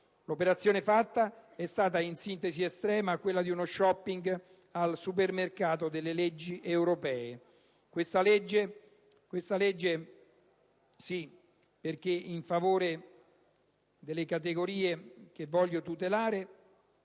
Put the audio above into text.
L'operazione fatta è stata, in sintesi estrema, quella di uno *shopping* al supermercato delle leggi europee: questa legge sì, perché in favore delle categorie che voglio tutelare,